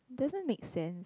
doesn't make sense